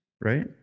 right